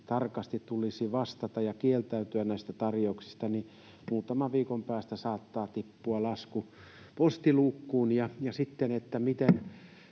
tarkasti tulisi vastata ja kieltäytyä näistä tarjouksista, niin muutaman viikon päästä saattaa tippua lasku postiluukkuun.